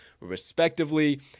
respectively